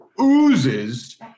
oozes